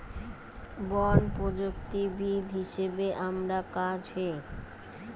বন প্রযুক্তিবিদ হিসাবে আমার কাজ হ